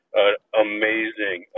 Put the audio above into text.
amazing